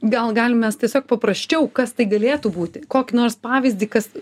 gal galim mes tiesiog paprasčiau kas tai galėtų būti kokį nors pavyzdį kas